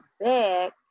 back